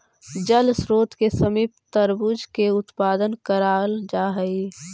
जल स्रोत के समीप तरबूजा का उत्पादन कराल जा हई